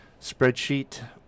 spreadsheet